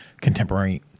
contemporary